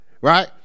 right